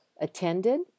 attended